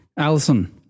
Alison